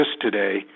today